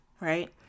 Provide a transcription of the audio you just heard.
right